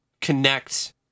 connect